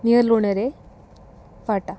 near Lonere Phata